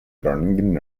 groningen